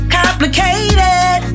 complicated